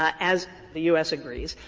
as the u s. agrees.